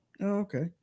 Okay